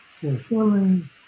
fulfilling